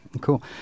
Cool